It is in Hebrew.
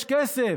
יש כסף,